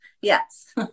Yes